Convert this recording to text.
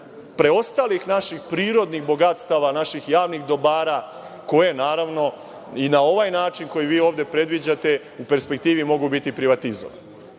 preostalih naših prirodnih bogatstava naših javnih dobara koje i na ovaj način na koji vi ovde predviđate, u perspektivi mogu biti privatizovani. Znači,